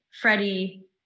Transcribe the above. Freddie